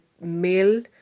male